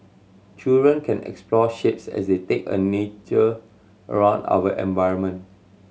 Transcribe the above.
children can explore shapes as they take a nature around our environment